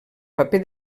paper